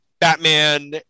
batman